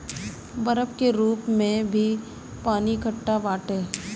बरफ के रूप में भी पानी एकट्ठा बाटे